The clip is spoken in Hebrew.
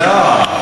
לא.